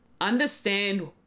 understand